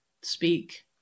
speak